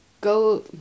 go